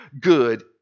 good